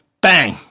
Bang